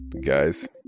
Guys